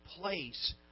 place